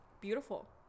beautiful